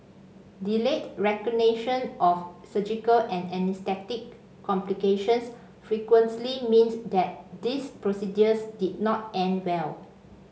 delayed recognition of surgical and anaesthetic complications frequently meant that these procedures did not end well